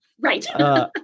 Right